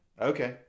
okay